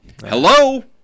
Hello